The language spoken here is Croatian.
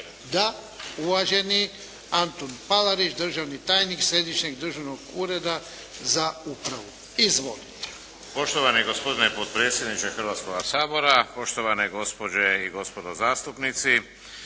Da. Uvaženi Antun Palarić državni tajnik Središnjeg državnog ureda za upravu. Izvolite. **Palarić, Antun** Poštovani gospodine potpredsjedniče Hrvatskoga sabora, poštovane gospođe i gospodo zastupnici.